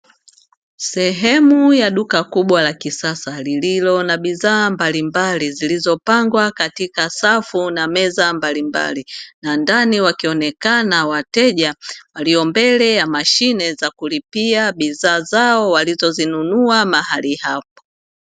Sehemu ya duka kubwa la kisasa lililo na bidhaa mbalimbali, zilizopangwa katika safu na meza mbalimbali. Na ndani wakionekana wateja walio mbele ya mashine za kulipia bidhaa zao, walizozinunua mahali hapo.